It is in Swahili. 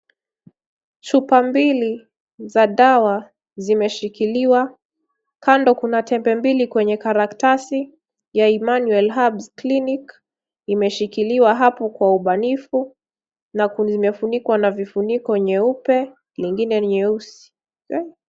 Chupa mbili za dawa zimeshikiliwa. Kando kuna tembe mbili kwenye karatasi ya Emmanuel Herbs Clinic imeshikiliwa hapo kwa ubanifu na zimefunikwa na vifuniko nyeupe, nyingine ni nyeusi.